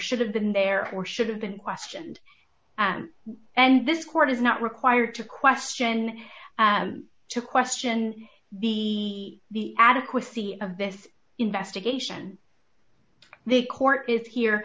should have been there or should have been questioned and this court is not required to question to question the the adequacy of this investigation the court is here